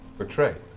for trade?